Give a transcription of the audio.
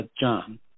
John